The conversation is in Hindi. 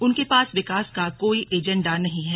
उनके पास विकास का कोई एजेण्डा नहीं है